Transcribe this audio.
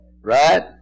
right